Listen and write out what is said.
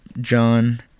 John